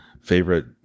favorite